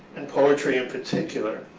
and poetry in particular,